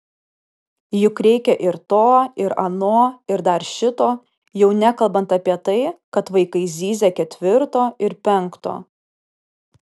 juk reikia ir to ir ano ir dar šito jau nekalbant apie tai kad vaikai zyzia ketvirto ir penkto